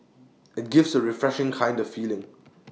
IT gives A refreshing kind of feeling